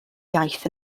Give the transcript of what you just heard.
iaith